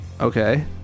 Okay